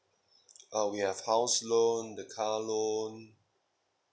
uh we have house loan the car loan